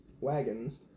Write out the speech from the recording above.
wagons